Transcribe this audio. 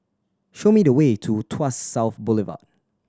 show me the way to Tuas South Boulevard